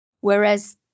Whereas